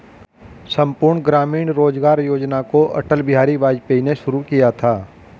संपूर्ण ग्रामीण रोजगार योजना को अटल बिहारी वाजपेयी ने शुरू किया था